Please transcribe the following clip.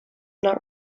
not